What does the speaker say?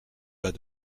bas